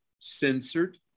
censored